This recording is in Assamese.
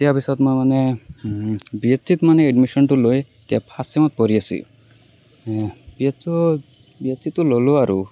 ইয়াৰ পাছত মই মানে বি এডটোত মানে এডমিচনটো লৈ এতিয়া ফাৰ্ষ্ট চেমত পঢ়ি আছোঁ বি এডটো বি এডটোতো ল'লো আৰু